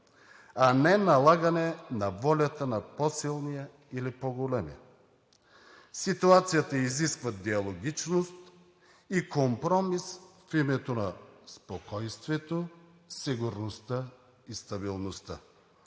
а не налагане на волята на по-силния или по-големия. Ситуацията изисква диалогичност и компромис в името на спокойствието, сигурността и стабилността.